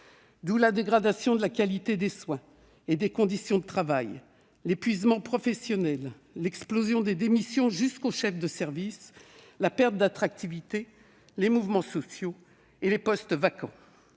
la dégradation de la qualité des soins et des conditions de travail, l'épuisement professionnel, l'explosion des démissions, qui concernent jusqu'aux chefs de service, la perte d'attractivité, les mouvements sociaux et les postes vacants,